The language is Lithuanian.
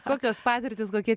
kokios patirtys kokie